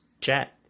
chat